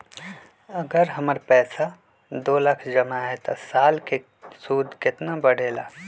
अगर हमर पैसा दो लाख जमा है त साल के सूद केतना बढेला?